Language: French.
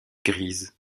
grise